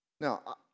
Now